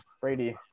Brady